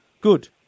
good